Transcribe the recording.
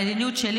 המדיניות שלי,